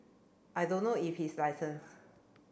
I don't know if he is licensed